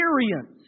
experience